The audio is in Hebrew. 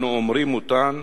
אנו אומרים אותן